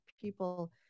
people